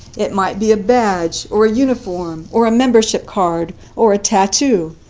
it might be a badge or a uniform or a membership card or a tattoo.